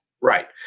Right